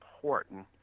important